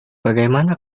bagaimana